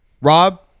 Rob